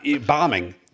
bombing